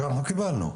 שאנחנו קיבלנו,